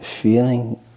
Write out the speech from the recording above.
Feeling